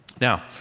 Now